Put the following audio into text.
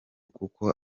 kuko